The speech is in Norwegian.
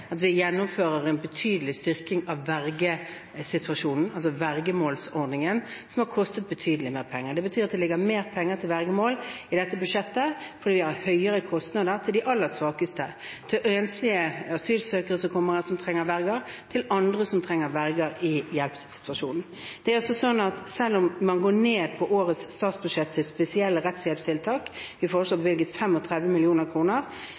at vi gjennomfører en betydelig styrking av vergemålsordningen, som har kostet betydelig mer penger. Det betyr at det ligger mer penger til vergemål i dette budsjettet – fordi vi har høyere kostnader – til de aller svakeste, til enslige asylsøkere som kommer hit, og som trenger verge, og til andre som trenger verge og hjelp i situasjoner. Selv om man har en nedgang på årets statsbudsjett til spesielle rettshjelpstiltak – vi foreslår